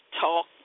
talk